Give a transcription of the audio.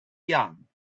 young